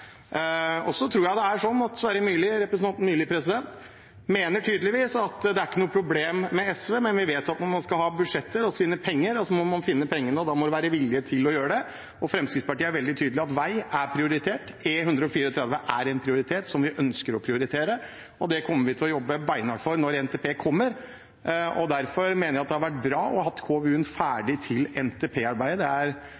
Sverre Myrli mener tydeligvis at det er ikke noe problem med SV, men vi vet at når man skal ha budsjetter og finne penger, må man finne pengene, og da må det være vilje til å gjøre det. Fremskrittspartiet er veldig tydelig på at vei er prioritert – E134 er noe vi ønsker å prioritere, og det kommer vi til å jobbe beinhardt for når NTP kommer. Derfor mener jeg at det hadde vært bra å ha hatt